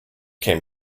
came